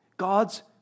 God's